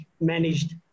managed